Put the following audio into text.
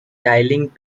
dialling